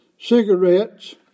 cigarettes